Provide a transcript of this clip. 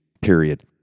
period